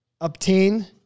obtain